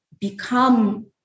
become